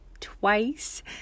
twice